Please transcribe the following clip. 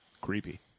Creepy